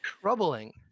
Troubling